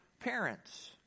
parents